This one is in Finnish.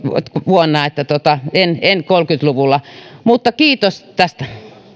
vuonna kuusikymmentäkahdeksan en kolmekymmentä luvulla mutta kiitos tästä